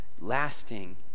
lasting